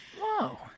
Whoa